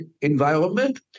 environment